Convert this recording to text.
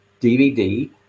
DVD